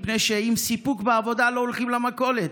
מפני שעם סיפוק בעבודה לא הולכים למכולת.